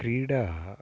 क्रीडाः